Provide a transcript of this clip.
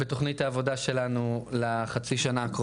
בתכנית העבודה שלנו לחצי שנה הקרובה.